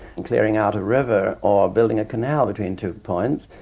and clearing out a river or building a canal between two points,